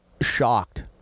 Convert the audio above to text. shocked